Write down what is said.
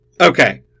Okay